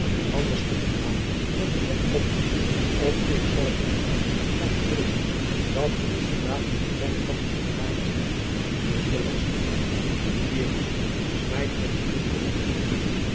anders kunt ge maken dat ge wegkomt of ik zal het uw huid laten heugen dat ge de soldaten van zijne katholijke majesteit dus belastert hier mannen smijt me dien kinkel uit den kring